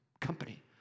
company